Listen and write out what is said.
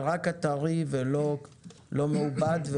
ורק הטרי ולא מעובד.